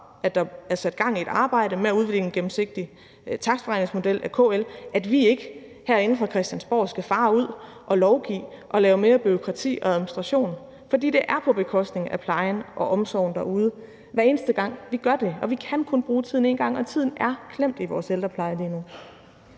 at der er sat gang i et arbejde med at udvikle en gennemsigtig takstberegningsmodel af KL, så vi ikke herinde fra Christiansborg skal fare ud og lovgive og lave mere bureaukrati og administration. For det er på bekostning af plejen og omsorgen derude, hver eneste gang vi gør det, og vi kan kun bruge tiden én gang, og tiden er klemt i vores ældrepleje lige nu.